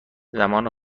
زمان